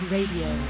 Radio